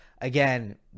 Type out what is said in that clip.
Again